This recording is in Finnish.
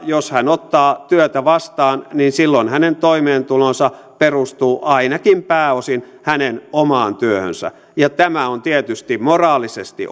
jos hän ottaa työtä vastaan niin silloin hänen toimeentulonsa perustuu ainakin pääosin hänen omaan työhönsä ja tämä on tietysti moraalisesti